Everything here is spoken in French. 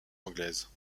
anglaise